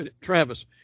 Travis